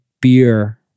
beer